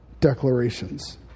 declarations